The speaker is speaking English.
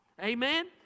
Amen